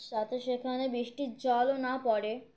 যাতে সেখানে বৃষ্টির জলও না পড়ে